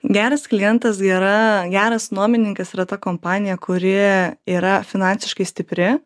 geras klientas gera geras nuomininkas yra ta kompanija kuri yra finansiškai stipri